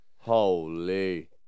holy